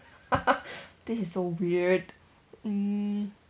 this is so weird mm